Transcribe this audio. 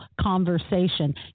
conversation